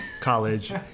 college